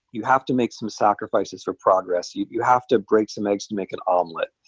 you have to make some sacrifices for progress. you you have to break some eggs to make an omelet.